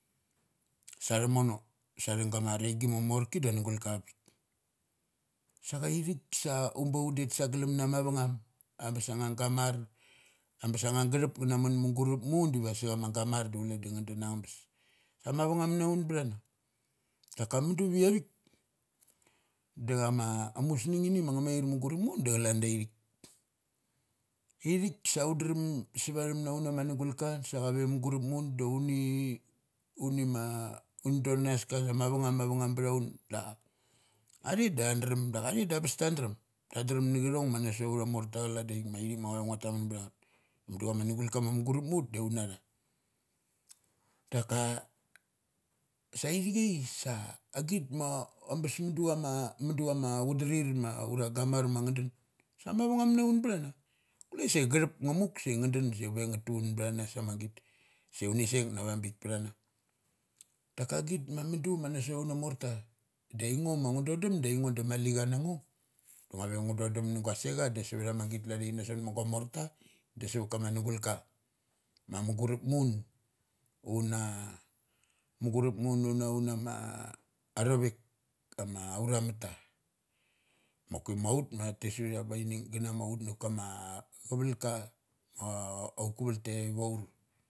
Sa tha mono, sathung gama ring gi ma mmorki da annugul ka avapik. Sa cha ithik sa un be un det sa glum na mavangum. Am bes angnga gamar. Ambes angnga gathup nga na mun mugurup ma un divasa nani chama gamar chule da nga dun angabes. Am mavangum na btha na. Daka mudu viavik, da chama amus ngini ma nga mair mangurup ma un da ch alan daithik. Ithik sa undrem sa vathem na ur ama nugul ka da sa chave mu gurupma ut da uni uni ma un don na nas mava ngum mavangum btha un. Athe da thandrem daka athe da abes tan drem. Tandrem na chathong ma na soth a auth amorta calan da ithik ma calan da ithik ma ithik ma ngua ve ngua tamman btha ngeth. Da chama nugul kama ma mugurup ma utha de un na. Daka sa ithi chai sa agit ma ambes mundu ama mudu chama chudathir ura gamor ma nga dun. Sa mavangum btha un btha na. Kule sagathup nga muk sa nga dun sai nga ve nga ve nga tuchun btha na samagit. Sat uni sek nava bik ptha na. Daka git ma muduma na sotaun amorta. Da aing ngo ngu do dum dai ngo da mali cha na ngo. Ngua ve ngu dodum na gu se cha da savat amagit klan dai thik na sot ma gua morta da savat kama nugul ka ma mugurup mu un. Una, mugurup ma un nama arovek ma aura mut ta. Mo ki ma ut ma tha tes ut ia bainging gana maut na kama cha val ka ma auth kaval ta ithe vaur